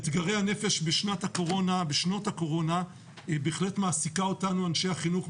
אתגרי הנפש בשנות הקורונה בהחלט מעסיקה אותנו אנשי החינוך,